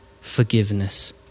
forgiveness